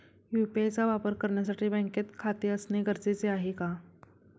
UPI चा वापर करण्यासाठी बँकेत खाते असणे गरजेचे आहे का?